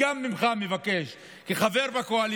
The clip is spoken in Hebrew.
אם תוותר על